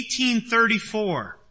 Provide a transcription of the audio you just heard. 1834